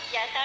Yes